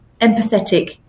empathetic